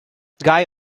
guy